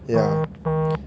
ya